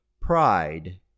pride